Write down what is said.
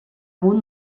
hagut